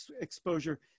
exposure